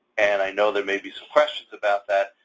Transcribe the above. and i know there may be some questions about that,